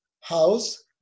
house